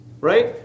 Right